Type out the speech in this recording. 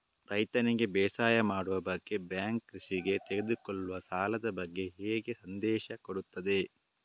ರೈತನಿಗೆ ಬೇಸಾಯ ಮಾಡುವ ಬಗ್ಗೆ ಬ್ಯಾಂಕ್ ಕೃಷಿಗೆ ತೆಗೆದುಕೊಳ್ಳುವ ಸಾಲದ ಬಗ್ಗೆ ಹೇಗೆ ಸಂದೇಶ ಕೊಡುತ್ತದೆ?